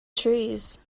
trees